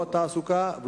לא תעסוקה,